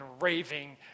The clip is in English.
raving